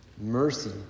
mercy